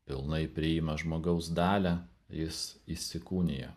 pilnai priima žmogaus dalią jis įsikūnija